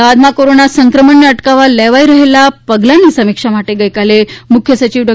અમદાવાદમાં કોરોના સંક્રમણને અટકાવવા લેવાઈ રહેલા પલાની સમીક્ષા માટે ગઇકાલે મુખ્ય સચિવ ડો